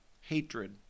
hatred